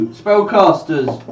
spellcasters